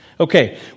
Okay